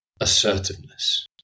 assertiveness